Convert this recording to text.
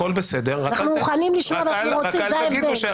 אני לא יכול להגיד משפט בלי שתתפרצו.